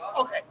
okay